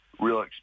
real